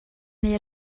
neu